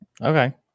Okay